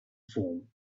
form